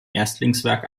erstlingswerk